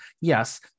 yes